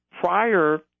prior